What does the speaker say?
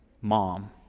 Mom